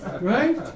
Right